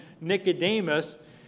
Nicodemus